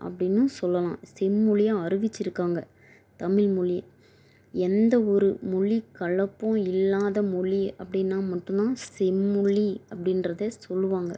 அப்படின்னும் சொல்லலாம் சொம்மொழியாக அறிவித்திருக்காங்க தமிழ் மொழியை எந்த ஒரு மொழிக் கலப்பும் இல்லாத மொழி அப்படின்னா மட்டும் தான் செம்மொழி அப்படின்றத சொல்வாங்க